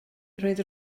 roedd